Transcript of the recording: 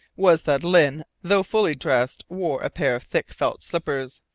was that lyne, though fully dressed, wore a pair of thick felt slippers.